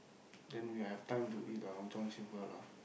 then we'll have time to eat our Long-John-Silvers lah